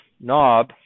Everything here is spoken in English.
knob